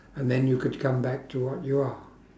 and then you could come back to what you are